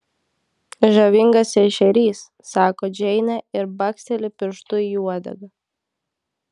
žavingas ešerys sako džeinė ir baksteli pirštu į uodegą